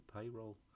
payroll